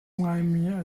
ngaimi